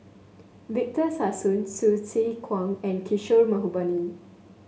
Victor Sassoon Hsu Tse Kwang and Kishore Mahbubani